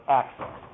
access